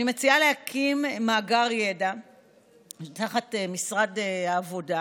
אני מציעה להתקין מאגר ידע תחת משרד העבודה,